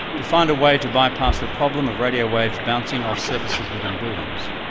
to find a way to bypass the problem of radio waves bouncing off surfaces within buildings.